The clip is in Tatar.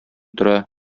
тора